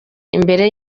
imbere